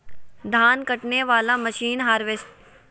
धान कटने बाला मसीन हार्बेस्टार कितना किमत में आता है?